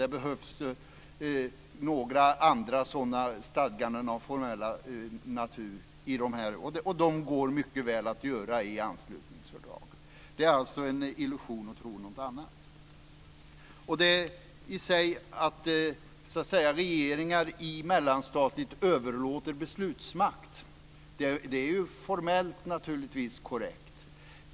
Det behövs några andra sådana stadganden av formell natur. Och det går mycket väl att göra i anslutningsfördraget. Det är alltså en illusion att tro något annat. Att regeringar i mellanstatligt samarbete överlåter beslutsmakt är naturligtvis formellt korrekt.